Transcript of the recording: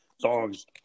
songs